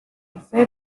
fer